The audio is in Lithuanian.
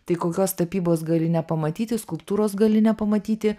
tai kokios tapybos gali nepamatyti skulptūros gali nepamatyti